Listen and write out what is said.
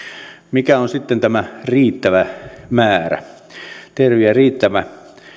mikä on sitten tämä riittävä määrä termiä riittävä